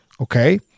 Okay